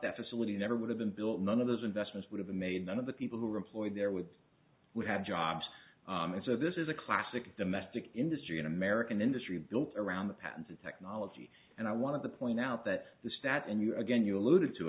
that facility never would have been built none of those investments would have made none of the people who are employed there with we have jobs and so this is a classic domestic industry in american industry built around the patented technology and i want to point out that the stat and you again you alluded to